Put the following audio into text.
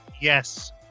Yes